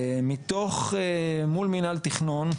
מול מנהל תכנון,